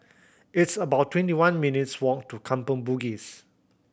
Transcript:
it's about twenty one minutes' walk to Kampong Bugis